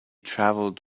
travelled